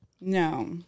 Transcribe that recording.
no